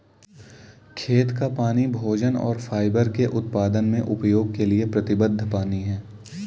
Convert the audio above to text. खेत का पानी भोजन और फाइबर के उत्पादन में उपयोग के लिए प्रतिबद्ध पानी है